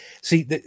See